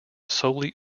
solely